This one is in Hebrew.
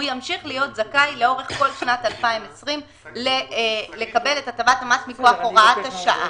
ימשיך להיות זכאי לאורך כל שנת 2020 לקבל את הטבת המס מכוח הוראת השעה.